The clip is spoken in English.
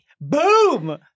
Boom